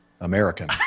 American